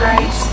Right